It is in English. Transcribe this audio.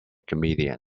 chameleon